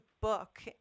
book